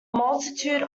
multitude